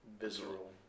visceral